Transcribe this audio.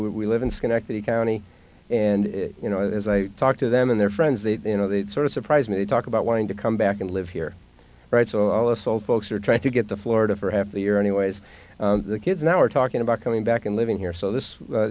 we live in schenectady county and you know as i talk to them and their friends they you know they sort of surprise me talk about wanting to come back and live here right so all us old folks are trying to get to florida for half the year anyway as the kids now are talking about coming back and living here so this